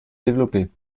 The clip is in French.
développer